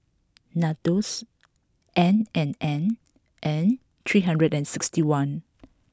Nandos N and N and three hundred and sixty one